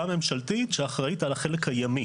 הימי.